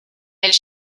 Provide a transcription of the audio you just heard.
elle